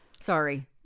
Sorry